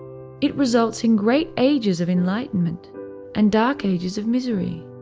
it results in great ages of enlightenment and dark ages of misery.